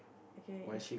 okay